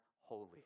holy